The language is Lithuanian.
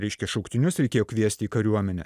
reiškia šauktinius reikėjo kviesti į kariuomenę